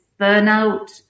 burnout